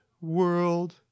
world